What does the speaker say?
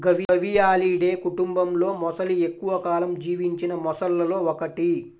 గవియాలిడే కుటుంబంలోమొసలి ఎక్కువ కాలం జీవించిన మొసళ్లలో ఒకటి